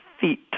feet